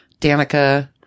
Danica